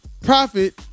profit